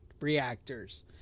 reactors